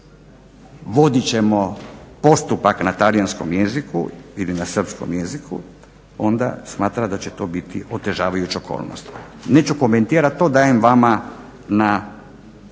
vodit ćemo postupak na talijanskom jeziku ili na srpskom jeziku onda smatra da će to biti otežavajuća okolnost. Neću komentirati. To dajem vama na